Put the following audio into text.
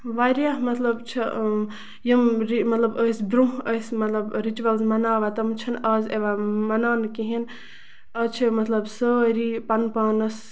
واریاہ مطلب چھِ یِم مطلب ٲسۍ برونہہ ٲسۍ مطلب رِچوَلٕز مَناوان تِم چھِنہٕ آز یِوان مَناونہٕ کِہیٖنۍ نہٕ آز چھُ مطلب سٲری پَنُن پانَس